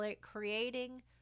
creating